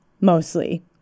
Mostly